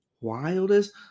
Wildest